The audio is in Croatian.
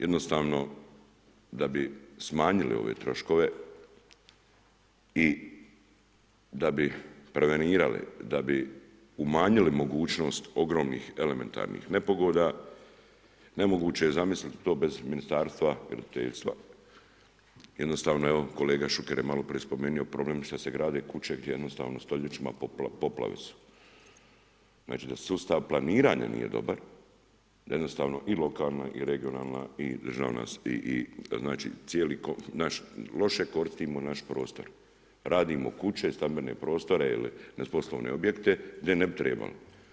Jednostavno da bi smanjili ove troškove i da bi prevenirali, da bi umanjili mogućnost ogromnih elementarnih nepogoda, nemoguće je zamisliti to bez Ministarstva graditeljstva, jednostavno evo, kolega Šuker j maloprije spomenuo, problem je što se grade kuće gdje jednostavno stoljećima poplave su već da sustav planiranja nije dobar, da jednostavno i lokalna i regionalna i država, znači loše koristimo naš prostor, radimo kuće, stambene prostore, poslovne objekte gdje ne bi trebalo.